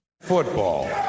Football